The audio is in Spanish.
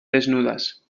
desnudas